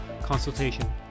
consultation